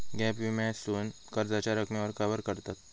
gap विम्यासून कर्जाच्या रकमेक कवर करतत